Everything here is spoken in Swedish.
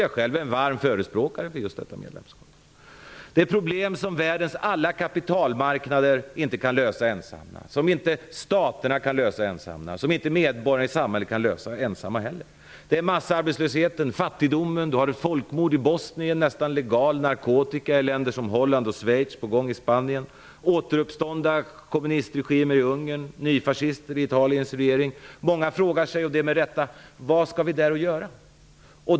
Jag själv är en varm förespråkare för just detta medlemskap. Det är problem som världens alla kapitalmarknader inte kan lösa ensamma, som inte staterna kan lösa ensamma och som inte heller medborgarna i samhället kan lösa ensamma. Det är massarbetslösheten, fattigdomen, folkmord i Bosnien, nästan legal narkotika i länder som Holland och Schweiz, och det är på gång i Spanien. Det är återuppståndna kommunistregimer i Ungern och nyfascister i Italiens regering. Många frågar sig, och det med rätta: Vad skall vi där att göra?